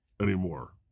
anymore